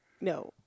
No